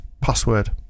password